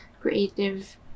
creative